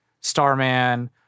Starman